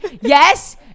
Yes